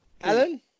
Alan